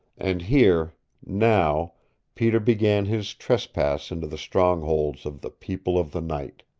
and here now peter began his trespass into the strongholds of the people of the night.